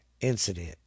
incident